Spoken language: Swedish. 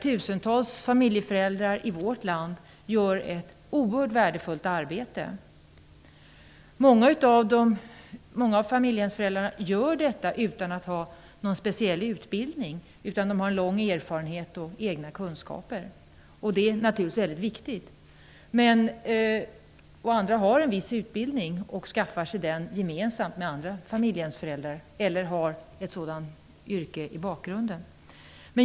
Tusentals familjeföräldrar i vårt land gör ett oerhört värdefullt arbete. Många av familjehemsföräldrarna gör detta utan att ha någon speciell utbildning; de har lång erfarenhet och egna kunskaper. Det är naturligtvis mycket viktigt. Andra har däremot en viss utbildning eller skaffar sig den gemensamt med andra familjehemsföräldrar. De kan också ha ett sådant yrke i bakgrunden.